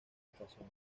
estación